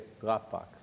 Dropbox